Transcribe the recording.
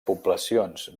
poblacions